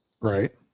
Right